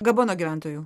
gabono gyventojų